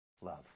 Love